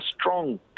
strong